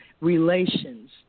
relations